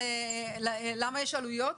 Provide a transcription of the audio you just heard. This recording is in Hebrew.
למה יש עלויות?